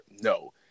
No